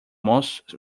most